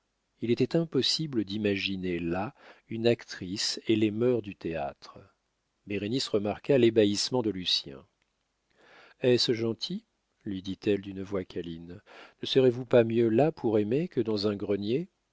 il était impossible d'imaginer là une actrice et les mœurs du théâtre bérénice remarqua l'ébahissement de lucien est-ce gentil lui dit-elle d'une voix câline ne serez-vous pas mieux là pour aimer que dans un grenier